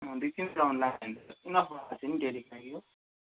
अँ दुइ तिन राउन्ड लायो भने त इनफ भइहाल्छ डेलीको लागि है